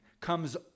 comes